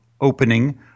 opening